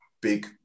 big